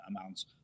amounts